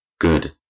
Good